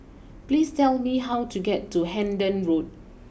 please tell me how to get to Hendon Road